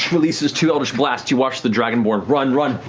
releases two eldritch blasts. you watch the dragonborn run, run,